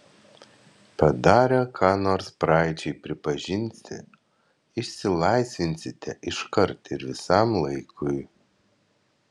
padarę ką nors praeičiai pripažinti išsilaisvinsite iškart ir visam laikui